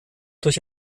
durch